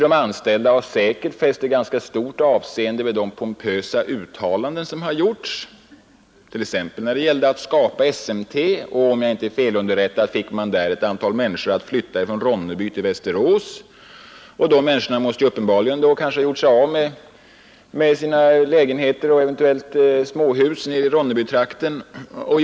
De anställda har säkerligen fäst ett ganska stort avseende vid de pompösa uttalanden som gjorts, t.ex. när det gällde att skapa SMT — om jag inte är fel underrättad fick man ett antal människor att flytta från Ronneby till Västerås. De människorna måste uppenbarligen, i förlitan på vad som sades, ha gjort sig av med sina lägenheter eller småhus i Ronnebytrakten.